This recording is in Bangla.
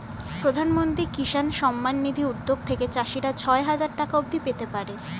প্রধানমন্ত্রী কিষান সম্মান নিধি উদ্যোগ থেকে চাষিরা ছয় হাজার টাকা অবধি পেতে পারে